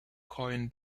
coin